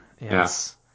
Yes